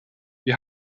wir